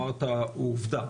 מה שאמרת הוא עובדה.